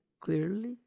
clearly